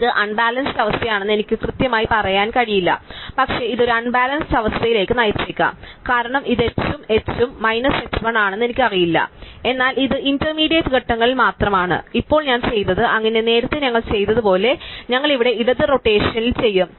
അതിനാൽ ഇത് അൺബാലൻസ്ഡ് അവസ്ഥയാണെന്ന് എനിക്ക് കൃത്യമായി പറയാൻ കഴിയില്ല പക്ഷേ ഇത് ഒരു അൺബാലൻസ്ഡ് അവസ്ഥയിലേക്ക് നയിച്ചേക്കാം കാരണം ഇത് h ഉം h ഉം മൈനസ് h 1 ആണെന്ന് എനിക്കറിയില്ല എന്നാൽ ഇത് ഇന്റർമീഡിയറ്റ് ഘട്ടങ്ങളിൽ മാത്രമാണ് അതിനാൽ ഇപ്പോൾ ഞാൻ ചെയ്തത് അങ്ങനെ നേരത്തെ ഞങ്ങൾ ചെയ്തതുപോലെ ഞങ്ങൾ ഇവിടെ ഇടത് റോറ്റഷനിൽ ചെയ്യും